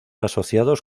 asociados